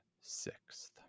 sixth